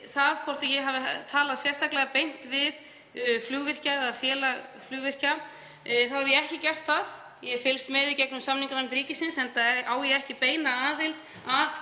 það hvort ég hafi talað sérstaklega beint við flugvirkja eða Félag flugvirkja þá hef ég ekki gert það. Ég hef fylgst með í gegnum samninganefnd ríkisins, enda á ég ekki beina aðild að